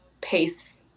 pace